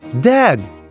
Dad